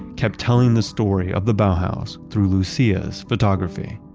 kept telling the story of the bauhaus through lucia's photography.